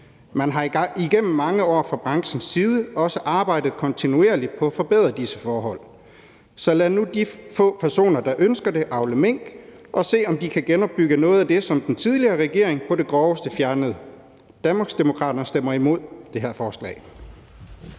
side igennem mange år også arbejdet kontinuerligt på at forbedre forholdene. Så lad nu de få personer, der ønsker det, avle mink og se, om de kan genopbygge noget af det, som den tidligere regering på det groveste fjernede. Danmarksdemokraterne stemmer imod det her forslag.